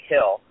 Hill